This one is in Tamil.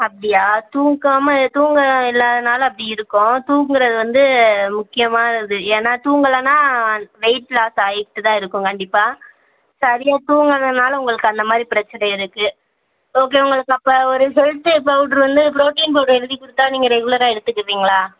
அப்படியா தூக்கமா தூக்கம் இல்லாதனால் அப்படி இருக்கும் தூங்குகிறது வந்து முக்கியமானது ஏன்னால் தூங்கலைன்னா வெயிட் லாஸ் ஆகிக்கிட்டு தான் இருக்கும் கண்டிப்பாக சரியாக தூங்காதனால் உங்களுக்கு அந்த மாதிரி பிரச்சின இருக்குது ஓகே உங்களுக்கு அப்போ ஒரு ஹெல்த் பவுடரு வந்து ப்ரோட்டீன் பவுடரு எழுதி கொடுத்தா நீங்கள் ரெகுலராக எடுத்துக்குவீங்களா